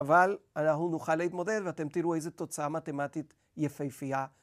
‫אבל אנחנו נוכל להתמודד, ‫ואתם תראו איזו תוצאה מתמטית יפהפייה.